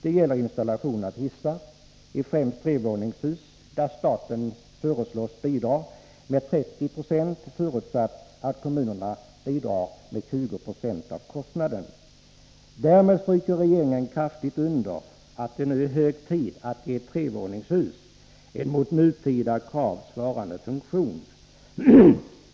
Det gäller installation av hissar i främst trevåningshus. Staten föreslås bidra med 30 20 av kostnaderna, förutsatt att kommunerna bidrar med 20 96. Därmed stryker regeringen kraftigt under att det nu är hög tid att ge främst trevåningshusen en mot nutida krav svarande funktion.